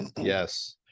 Yes